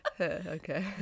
okay